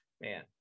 Man